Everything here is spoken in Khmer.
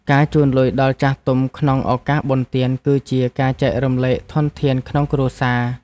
ការជូនលុយដល់ចាស់ទុំក្នុងឱកាសបុណ្យទាន គឺជាការចែកចាយធនធានក្នុងគ្រួសារ។